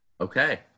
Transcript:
Okay